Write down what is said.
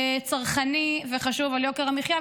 צרכני וחשוב על יוקר המחיה,